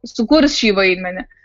sukurs šį vaidmenį